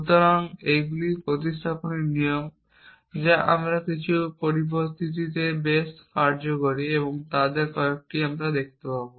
সুতরাং এইগুলি প্রতিস্থাপনের নিয়ম যা আমি কিছু পরিস্থিতিতে বেশ কার্যকরী আমরা তাদের কয়েকটি দেখতে পাব